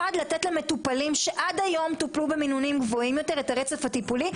1. לתת למטופלים שעד היום טופלו במינונים גבוהים יותר את הרצף הטיפולי,